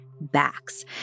backs